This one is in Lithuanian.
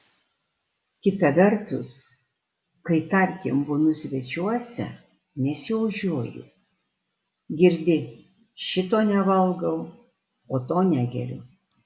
kita vertus kai tarkim būnu svečiuose nesiožiuoju girdi šito nevalgau o to negeriu